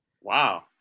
Wow